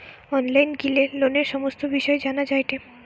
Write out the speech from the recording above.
online গিলে লোনের সমস্ত বিষয় জানা যায়টে